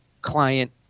client